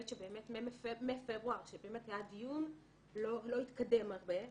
שבאמת מפברואר כשהיה דיון לא התקדם הרבה,